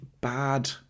bad